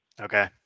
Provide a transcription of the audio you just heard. Okay